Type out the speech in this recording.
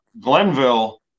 Glenville